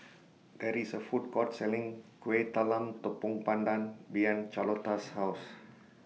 There IS A Food Court Selling Kuih Talam Tepong Pandan behind Charlotta's House